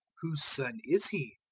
whose son is he?